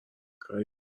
کاری